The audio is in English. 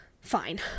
Fine